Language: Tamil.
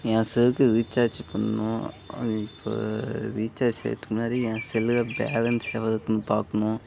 ஏன் செலுக்கு ரீசார்ஜ் பண்ணணும் அது இப்போ ரீசார்ஜ் ஏத்த மாதிரி ஏன் செல்லில பேலன்ஸ் எவ்வளோ இருக்குன்னு பாக்கணும்